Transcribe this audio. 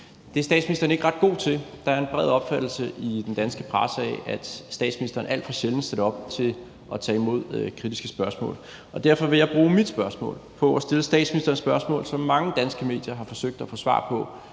Det er statsministeren ikke ret god til. Der er en bred opfattelse i den danske presse af, at statsministeren alt for sjældent stiller op til at tage imod kritiske spørgsmål. Og derfor vil jeg bruge mit spørgsmål på at stille statsministeren spørgsmål, som mange danske medier har forsøgt at få svar på